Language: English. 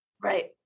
right